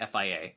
fia